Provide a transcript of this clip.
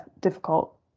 difficult